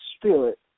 spirit